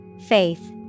Faith